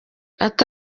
ati